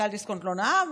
מנכ"ל דיסקונט לא נאם,